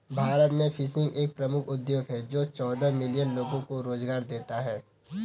भारत में फिशिंग एक प्रमुख उद्योग है जो चौदह मिलियन लोगों को रोजगार देता है